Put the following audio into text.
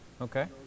Okay